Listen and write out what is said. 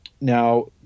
Now